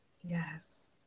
Yes